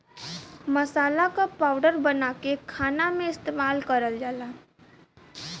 मसाला क पाउडर बनाके खाना में इस्तेमाल करल जाला